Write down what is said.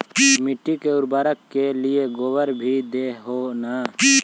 मिट्टी के उर्बरक के लिये गोबर भी दे हो न?